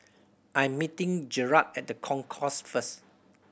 I'm meeting Jerald at The Concourse first